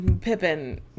Pippin